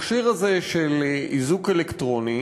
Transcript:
המכשיר הזה של איזוק אלקטרוני